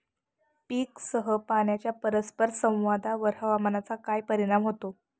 पीकसह पाण्याच्या परस्पर संवादावर हवामानाचा काय परिणाम होतो?